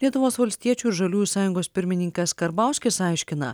lietuvos valstiečių ir žaliųjų sąjungos pirmininkas karbauskis aiškina